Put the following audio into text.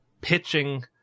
pitching